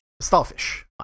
starfish